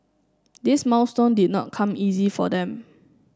this milestone did not come easy for them